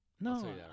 No